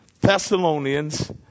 Thessalonians